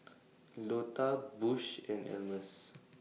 Lota Bush and Almus